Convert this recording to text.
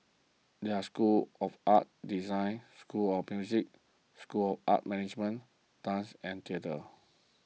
they are the school of art design school of music school of art management dance and theatre